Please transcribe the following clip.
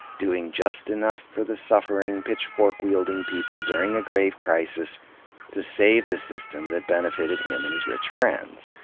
doing just enough for the suffering, pitchfork-wielding people during a grave crisis to save the system that benefited him and his rich friends.